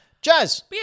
Jazz